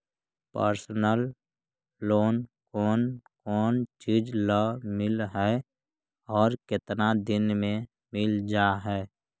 Personal loan कोन कोन चिज ल मिल है और केतना दिन में मिल जा है?